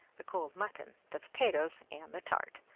the cold mutton, the potatoes, and the tart.